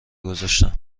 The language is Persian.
گذاشتم